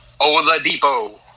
Oladipo